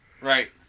right